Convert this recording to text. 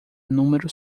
número